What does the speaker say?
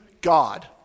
God